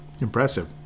Impressive